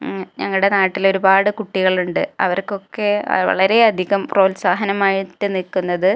ഞങ്ങളുടെ നാട്ടിൽ ഒരുപാട് കുട്ടികളുണ്ട് അവർകൊക്കെ വളരെ അധികം പ്രോത്സാഹനമായിട്ട് നിൽക്കുന്നത്